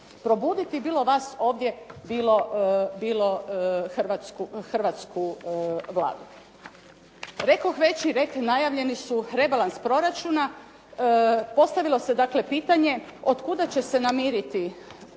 probuditi, bilo vas ovdje, bilo hrvatsku Vladu. Rekoh već i rekli, najavljeni su rebalans proračuna. Postavilo se dakle pitanje od kuda će se namiriti